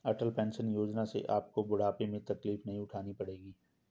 अटल pension योजना से आपको बुढ़ापे में तकलीफ नहीं उठानी पड़ेगी